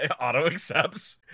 auto-accepts